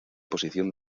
posición